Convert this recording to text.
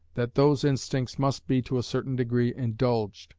that those instincts must be to a certain degree indulged,